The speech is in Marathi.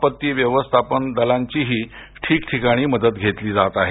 आपत्ती व्यवस्थापन दलांचीही ठिकठिकाणी मदत घेतली जात आहे